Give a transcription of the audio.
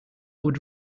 would